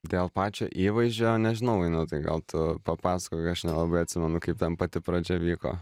dėl pačio įvaizdžio nežinau vainotai gal tu papasakok aš nelabai atsimenu kaip ten pati pradžia vyko